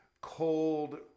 cold